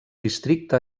districte